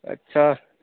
अच्छा